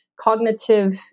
cognitive